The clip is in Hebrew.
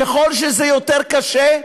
ככל שזה יותר קשה,